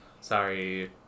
Sorry